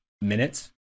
minutes